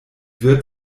wird